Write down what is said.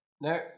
no